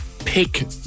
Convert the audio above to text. Pick